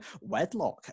Wedlock